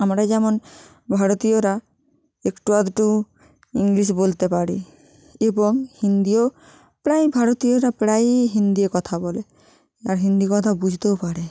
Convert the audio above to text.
আমরা যেমন ভারতীয়রা একটু আধটু ইংলিশ বলতে পারি এবং হিন্দিও প্রায় ভারতীয়রা প্রায়েই হিন্দি কথা বলে আর হিন্দি কথা বুঝতেও পারে